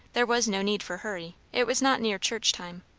there was no need for hurry it was not near church time,